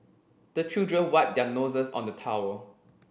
the children wipe their noses on the towel